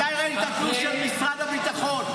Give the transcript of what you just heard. מתי ראית תלוש של משרד הביטחון?